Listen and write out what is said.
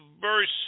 verse